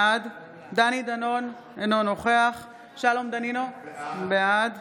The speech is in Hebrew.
בעד דני דנון, אינו נוכח שלום דנינו, בעד